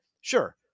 Sure